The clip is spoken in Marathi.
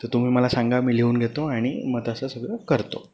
तर तुम्ही मला सांगा मी लिहून घेतो आणि मग तसं सगळं करतो